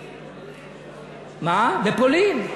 בפולין.